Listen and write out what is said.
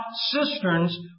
cisterns